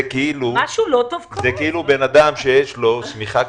זה כאילו בן אדם שיש לו שמיכה.